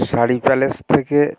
sari Palace থেকে